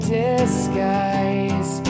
disguise